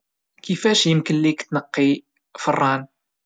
كيفاش يمكن ليك تنقي فران؟